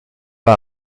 pas